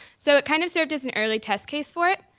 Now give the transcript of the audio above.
so it kind of served as an early test case for it.